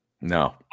No